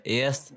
yes